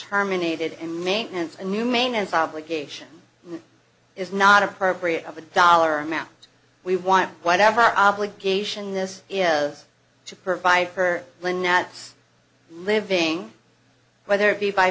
terminated and maintenance and new maintenance obligation is not appropriate of a dollar amount we want whatever obligation this is of to provide for lynette's living whether it be by